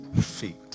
feet